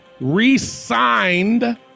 re-signed